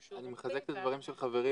שהוא --- אני מחזק את הדברים של חברי,